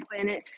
planet